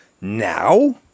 now